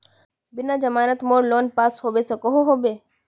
बिना जमानत मोर लोन पास होबे सकोहो होबे?